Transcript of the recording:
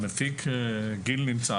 המפיק גיל נמצא.